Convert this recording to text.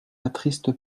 attriste